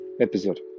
episode